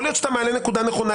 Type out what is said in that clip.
יכול להיות שאתה מעלה נקודה נכונה,